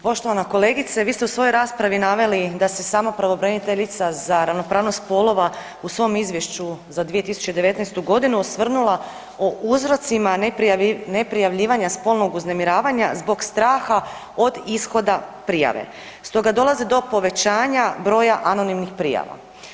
Poštovana kolegice, vi ste u svojoj raspravi naveli da se samo pravobraniteljica za ravnopravnost spolova u svom izvješću za 2019. g. osvrnula o uzroci neprijavljivanja spolnog uznemiravanja zbog straha od ishoda prijave stoga dolaze do povećanja broja anonimnih prijava.